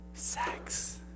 sex